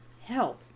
help